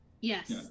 Yes